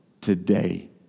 today